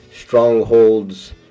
strongholds